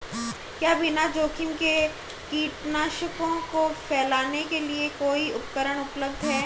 क्या बिना जोखिम के कीटनाशकों को फैलाने के लिए कोई उपकरण उपलब्ध है?